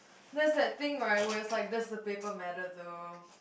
there's that thing right where is like does the paper matter though